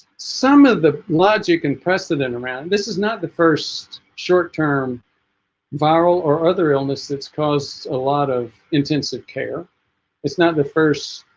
some of the logic and precedent around this is not the first short-term viral or other illness that's caused a lot of intensive care it's not the first